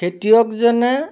খেতিয়কজনে